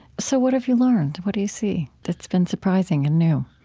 so what have you learned? what do you see that's been surprising and new?